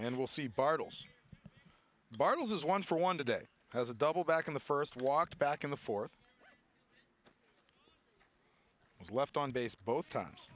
and we'll see bartels bartels is one for one today has a double back in the first walked back in the fourth was left on base both times